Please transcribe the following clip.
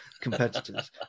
competitors